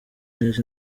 neza